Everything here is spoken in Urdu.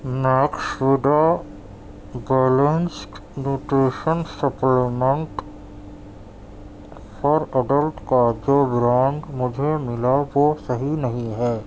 Max vida balance nutrition supplement for adult کا جو برانڈ مجھے ملا وہ صحیح نہیں ہے